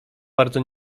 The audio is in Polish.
bardzo